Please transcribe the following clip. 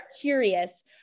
curious